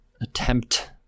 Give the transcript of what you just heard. Attempt